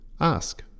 ask